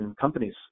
companies